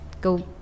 go